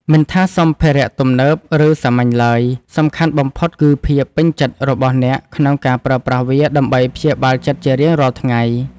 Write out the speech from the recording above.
មិនថាសម្ភារៈទំនើប ឬសាមញ្ញឡើយ សំខាន់បំផុតគឺភាពពេញចិត្តរបស់អ្នកក្នុងការប្រើប្រាស់វាដើម្បីព្យាបាលចិត្តជារៀងរាល់ថ្ងៃ។